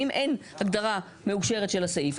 אם אין הגדרה מאושרת של הסעיף,